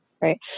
right